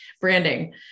branding